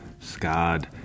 scarred